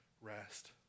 rest